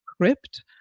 crypt